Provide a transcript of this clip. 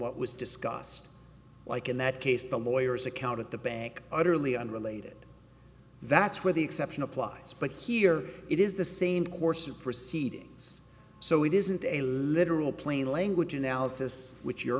what was discussed like in that case the lawyers account at the bank utterly unrelated that's where the exception applies but here it is the same course of proceedings so it isn't a literal plain language analysis which you're